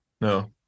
No